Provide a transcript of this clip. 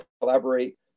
collaborate